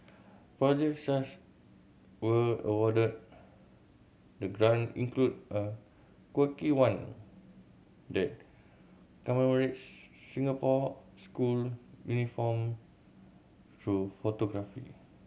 projects were awarded the grant include a quirky one that commemorates Singapore school uniform through photography